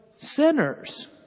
sinners